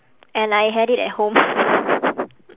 and I had it at home